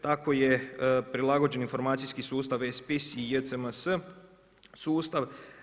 Tako je prilagođen informacijski sustav E-spis i JCMS sustav.